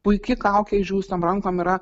puiki kaukė išdžiūvusiom rankom yra